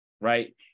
right